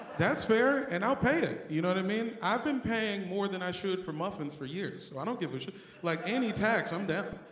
that's fair and i'll pay it. you know what i mean. i've been paying more than i should for muffins for years so i don't give a shit like any tax i'm down